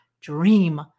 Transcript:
dream